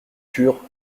pur